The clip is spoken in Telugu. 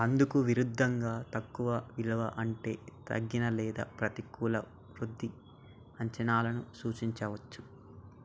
అందుకు విరుద్ధంగా తక్కువ విలువ అంటే తగ్గిన లేదా ప్రతికూల వృద్ధి అంచనాలను సూచించవచ్చు